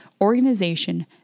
organization